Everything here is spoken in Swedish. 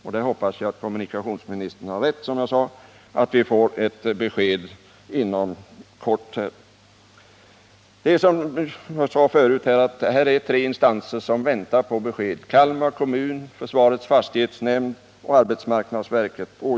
Jag hoppas att kommunikationsministern har rätt och att vi får ett besked inom kort. Som jag sade förut är det tre instanser som väntar på besked: Kalmar kommun, försvarets fastighetsnämnd och arbetsmarknadsverket.